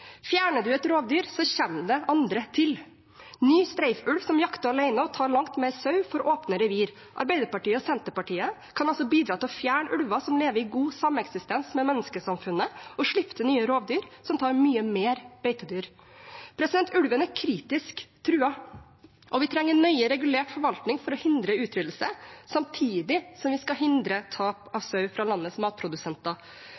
Fjerner man et rovdyr, kommer det andre til. Ny streifulv som jakter alene, tar langt mer sau for åpne revir. Arbeiderpartiet og Senterpartiet kan altså bidra til å fjerne ulver som lever i god sameksistens med menneskesamfunnet og slippe til nye rovdyr som tar mye mer beitedyr. Ulven er kritisk truet, og vi trenger en nøye regulert forvaltning for å hindre utryddelse samtidig som vi skal hindre tap